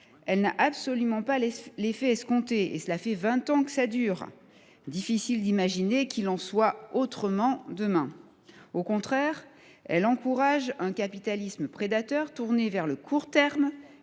elle n’a absolument pas l’effet escompté, et cela dure depuis vingt ans. Il est difficile d’imaginer qu’il en soit autrement demain. Au contraire, cette niche encourage un capitalisme prédateur, tourné vers le court terme